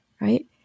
right